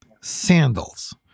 sandals